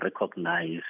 recognize